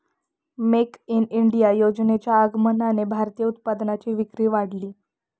make in India योजनेच्या आगमनाने भारतीय उत्पादनांची विक्री वाढली